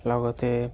লগতে